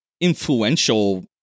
influential